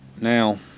now